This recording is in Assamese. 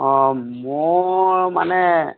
অঁ মোৰ মানে